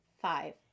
Five